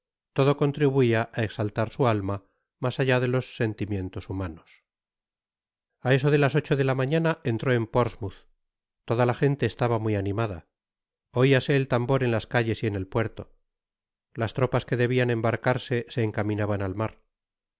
todo contribuia á exaltar su alma mas allá de los sentimientos humanos a eso de las ocho de la mañana entró en portsmouth toda la gente estaba muy animada oiase el tambor en las calles y en el puerto las tropas que debian embarcarse se encaminaban al mar